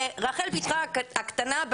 ברחל בתך הקטנה,